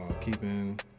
Keeping